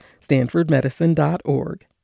StanfordMedicine.org